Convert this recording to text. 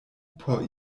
por